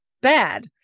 bad